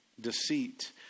deceit